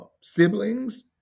siblings